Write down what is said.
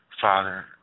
Father